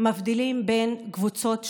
מבדילים בין קבוצות שונות,